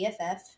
BFF